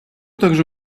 также